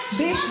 אין